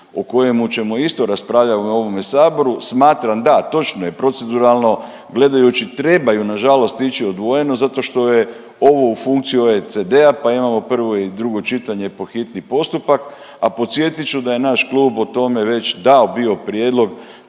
o kojemu ćemo isto raspravljati u ovome Saboru. Smatram da, točno je proceduralno gledajući trebaju na žalost ići odvojeno zato što je ovo u funkciji OECD-a, pa imamo prvo i drugo čitanje po hitni postupak a podsjetit ću da je naš klub o tome već dao bio prijedlog